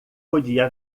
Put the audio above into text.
podia